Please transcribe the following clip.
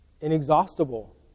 inexhaustible